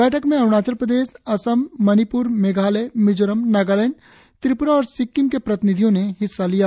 बैठक में अरूणाचल प्रदेश असम मणिप्र मेघालय मिजोरम नागालैंड त्रिप्रा और सिक्किम के प्रतिनिधियों ने हिस्सा लिया